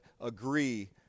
agree